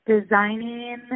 designing